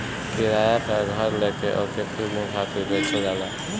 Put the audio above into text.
किराया पअ घर लेके ओके कुछ दिन खातिर बेचल जाला